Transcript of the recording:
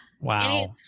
wow